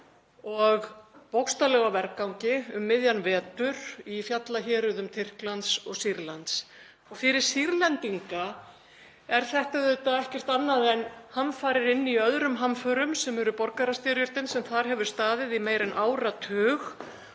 og bókstaflega á vergangi um miðjan vetur í fjallahéruðum Tyrklands og Sýrlands. Fyrir Sýrlendinga er þetta auðvitað ekkert annað en hamfarir inn í öðrum hamförum sem eru borgarastyrjöldin sem þar hefur staðið í meira en áratug.